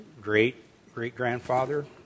great-great-grandfather